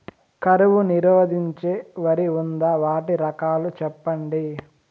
కరువు నిరోధించే వరి ఉందా? వాటి రకాలు చెప్పండి?